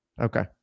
Okay